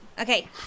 Okay